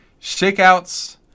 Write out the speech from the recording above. shakeouts